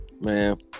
Man